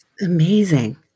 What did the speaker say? amazing